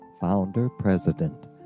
founder-president